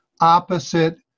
opposite